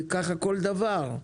וכך בכל דבר.